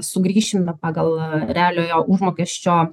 sugrįšim ir pagal realiojo užmokesčio